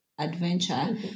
adventure